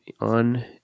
on